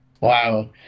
wow